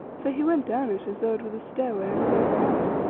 for he went down it as though it were the stairway of his own house.